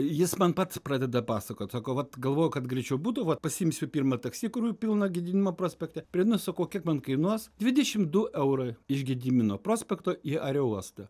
jis man pats pradeda pasakot sako vat galvoju kad greičiau būtų vat pasiimsiu pirmą taksi kurių pilna gedimino prospekte prieina sako o kiek man kainuos dvidešim du eurai iš gedimino prospekto į aerouostą